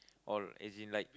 all as in like